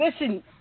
Listen